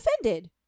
offended